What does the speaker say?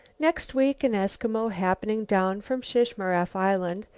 next week, an eskimo happening down from shishmaref island,